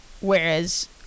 Whereas